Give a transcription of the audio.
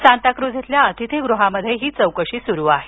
सांताक्रूझ इथल्या अतिथिगृहात ही चौकशी सुरू आहे